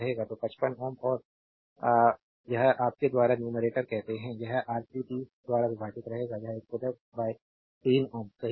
तो 55 Ω और यह आपके द्वारा न्यूमरेटर कहते हैं यह R3 30 द्वारा विभाजित रहेगा यह 110 बाय 3Ω सही होगा